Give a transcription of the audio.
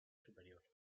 superior